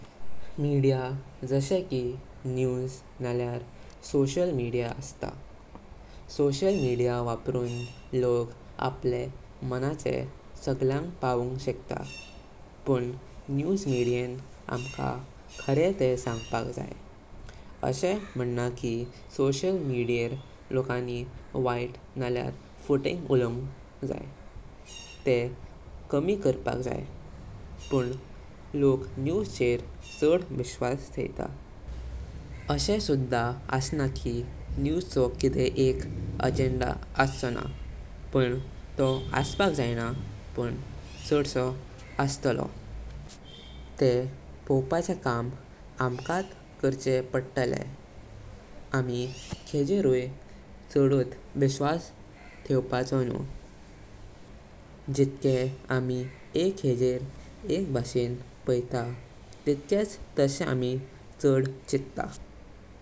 Media जशे की news नलयर सोशियल मिडिया असता। सोशियल मिडिया वापरुन लोक अपने मनाचे सगळ्यक पावुंग शकता। पण न्यूज मिडियेण अमका खरे तेह सांगपाक जाई। अशे म्हाना की सोशियल मिडियेर लोकांनी वैत नलयर फोटिंग उवळों जाई, तेह कमी करपाक जाई। पण लोक न्यूज चेर चाढ़ विश्वास ठेवता। अशे सुद्धा असना की न्यूज चो किदे एक अजेंडा अचोनां, पण तोह असपाक जायना पण चाडसो असतलो। तेह पवपाचे काम अमाकात कर्चे पडतले। आमी खेजेरुई चाढ़ विश्वास थेवपाचो न्हू। जितके आमी एक हजार, एका भाषा पायात तिक्चेख तशे आमी चाड़ चित्त।